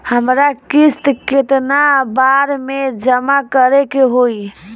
हमरा किस्त केतना बार में जमा करे के होई?